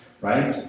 right